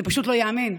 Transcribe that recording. זה פשוט לא ייאמן,